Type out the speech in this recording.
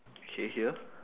can you hear